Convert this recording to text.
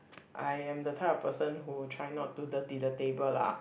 I am the type of person who tried not to dirty the table lah